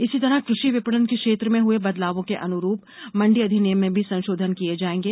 इसी तरह कृषि विपणन के क्षेत्र में हुए बदलावों के अनुरूप मण्डी अधिनियम में भी संशोधन किए जाएंगे